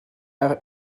are